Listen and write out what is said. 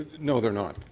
no they are not.